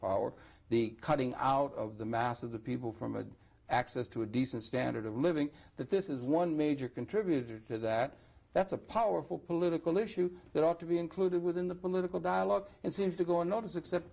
power the cutting out of the mass of the people from an access to a decent standard of living that this is one major contributor to that that's a powerful political issue that ought to be included within the political dialogue and seems to go unnoticed except